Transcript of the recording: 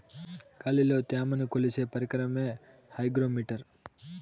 గాలిలో త్యమను కొలిచే పరికరమే హైగ్రో మిటర్